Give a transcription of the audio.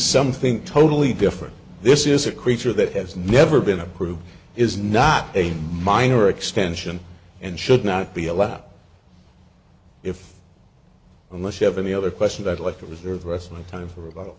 something totally different this is a creature that has never been approved is not a minor extension and should not be allowed if unless you have any other questions i'd like to reserve wrestling time for about